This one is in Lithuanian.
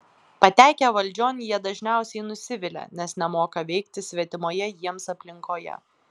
patekę valdžion jie dažniausiai nusivilia nes nemoka veikti svetimoje jiems aplinkoje